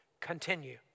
continue